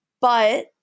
but-